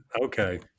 Okay